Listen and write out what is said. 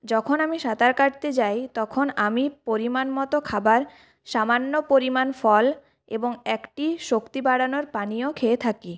যখন আমি সাঁতার কাটতে যাই তখন আমি পরিমাণ মতো খাবার সামান্য পরিমাণ ফল এবং একটি শক্তি বাড়ানোর পানীয় খেয়ে থাকি